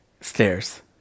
Stairs